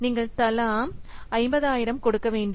நீங்கள் தலா 50000 கொடுக்க வேண்டும்